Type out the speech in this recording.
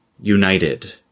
united